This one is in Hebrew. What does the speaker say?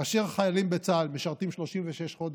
כאשר חיילים בצה"ל משרתים 36 חודשים,